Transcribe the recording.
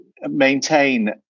maintain